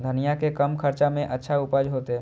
धनिया के कम खर्चा में अच्छा उपज होते?